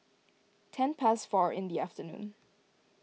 ten past four in the afternoon